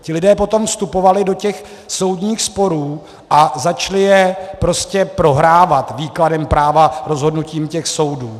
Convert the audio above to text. Ti lidé potom vstupovali do těch soudních sporů a začali je prohrávat výkladem práva, rozhodnutím soudů.